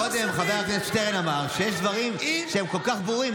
קודם חבר הכנסת שטרן אמר שיש דברים שהם כל כך ברורים,